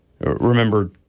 remember